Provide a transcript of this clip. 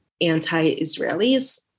anti-Israelis